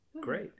Great